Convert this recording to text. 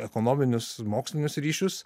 ekonominius mokslinius ryšius